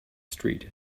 street